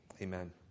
Amen